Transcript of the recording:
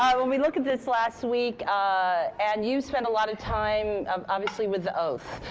um when we look at this last week and you've spent a lot of time um obviously with the oath